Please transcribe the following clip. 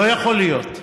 לא יכול להיות,